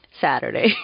Saturday